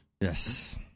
Yes